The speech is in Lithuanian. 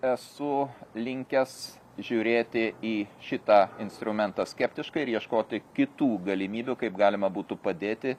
esu linkęs žiūrėti į šitą instrumentą skeptiškai ir ieškoti kitų galimybių kaip galima būtų padėti